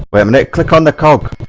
but bennett click on the clock